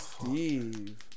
Steve